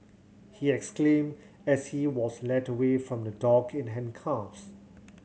he exclaimed as he was led away from the dock in handcuffs